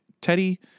Teddy